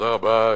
תודה רבה.